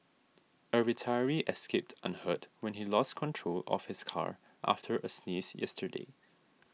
a retiree escaped unhurt when he lost control of his car after a sneeze yesterday